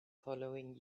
following